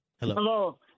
Hello